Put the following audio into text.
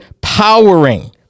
powering